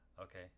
Okay